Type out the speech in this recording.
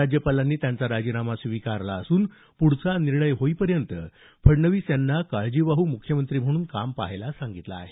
राज्यपालांनी त्यांचा राजीनामा स्वीकारला असून पुढचा निर्णय होईपर्यंत फडणवीस यांना काळजीवाहू मुख्यमंत्री म्हणून काम पहायला सांगितलं आहे